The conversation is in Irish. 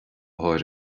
háirithe